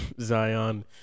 Zion